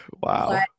Wow